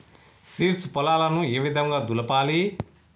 Seeds పొలాలను ఏ విధంగా దులపాలి?